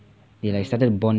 they like started bond